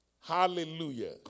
Hallelujah